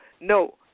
No